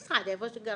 בסעדה, איפה שגרנו,